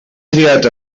triat